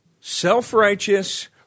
self-righteous